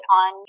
on